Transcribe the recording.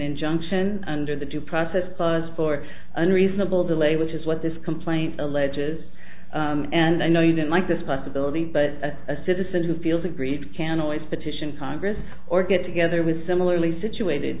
injunction under the due process clause for unreasonable delay which is what this complaint alleges and i know you don't like this possibility but a citizen who feels aggrieved can always petition congress or get together with similarly situated